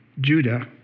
Judah